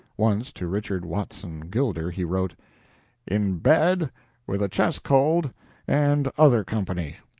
once to richard watson gilder he wrote in bed with a chest cold and other company.